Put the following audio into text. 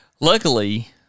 Luckily